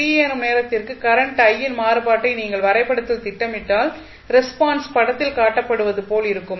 t எனும் நேரத்திற்கு current i இன் மாறுபாட்டை நீங்கள் வரைபடத்தில் திட்டமிட்டால் ரெஸ்பான்ஸ் படத்தில் காட்டப்படுவது போல இருக்கும்